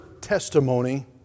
testimony